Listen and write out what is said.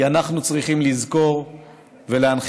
כי אנחנו צריכים לזכור ולהנחיל,